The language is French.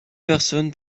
personnes